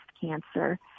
cancer